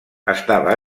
estava